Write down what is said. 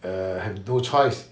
err have no choice